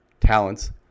talents